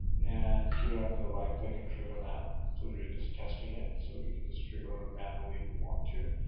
and here i'm going to right-click and trigger now, so we are just testing it, so we can just trigger manually if you want to,